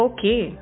Okay